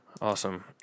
Awesome